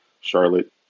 Charlotte